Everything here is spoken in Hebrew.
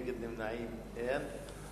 נגד, אין, ונמנעים, אין.